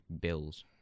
bills